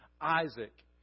Isaac